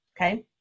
Okay